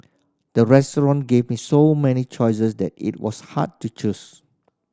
the restaurant gave me so many choices that it was hard to choose